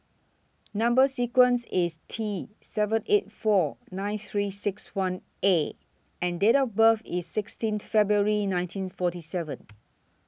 Number sequence IS T seven eight four nine three six one A and Date of birth IS sixteenth February nineteen forty seven